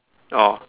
oh